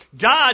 God